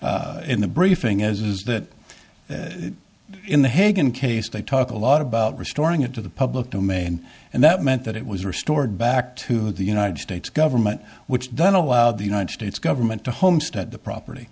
clear in the briefing is that in the hague and case they talk a lot about restoring it to the public domain and that meant that it was restored back to the united states government which doesn't allow the united states government to homestead the property